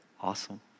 awesome